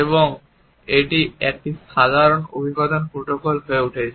এবং এখন এটি একটি সাধারণ অভিবাদন প্রোটোকল হয়ে উঠেছে